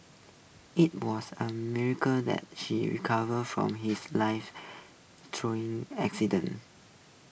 IT was A miracle that she recovered from his life threatening accident